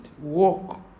walk